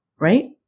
right